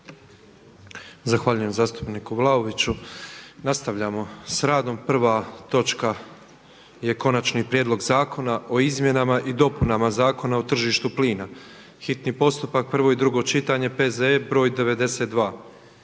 **Petrov, Božo (MOST)** Nastavljamo sa radom. Prva točka je: - Konačni prijedlog zakona o Izmjenama i dopunama Zakona o tržištu plina, hitni postupak, prvo i drugo čitanje, P.Z.E. br. 92;